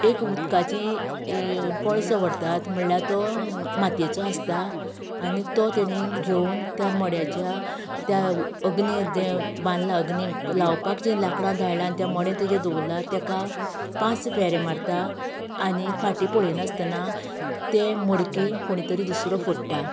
एक उदकाची एक कळसो व्हरता म्हळ्यार तो मातयेचो आसता आनी तो तेणेंन घेवन त्या मड्याच्या त्या अग्नी जें बांदलां अग्नी लावपाक जें लांकडां दाळां त्या मडें तेजेर दवरलां ताका पांच फेरे मारता आनी फाटी पळयनासतना तें मडकी कोणीतरी दुसरो फोडटा